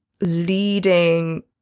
leading